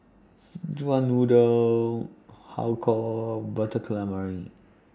Szechuan Noodle Har Kow Butter Calamari